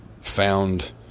found